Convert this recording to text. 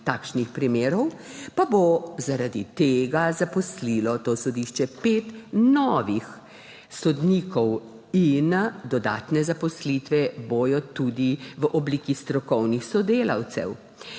takšnih primerov, pa bo zaradi tega zaposlilo to sodišče pet novih sodnikov, dodatne zaposlitve bodo tudi v obliki strokovnih sodelavcev,